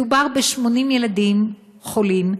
מדובר ב-80 ילדים חולים,